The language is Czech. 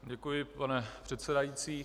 Děkuji, pane předsedající.